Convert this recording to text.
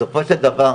בסופו של דבר,